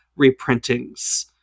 reprintings